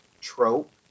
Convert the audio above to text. trope